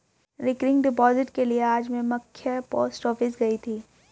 recurring deposit के लिए में आज मख्य पोस्ट ऑफिस गयी थी